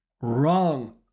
wrong